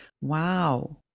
Wow